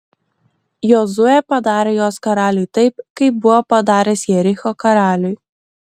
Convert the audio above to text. jozuė padarė jos karaliui taip kaip buvo padaręs jericho karaliui